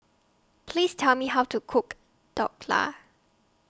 Please Tell Me How to Cook Dhokla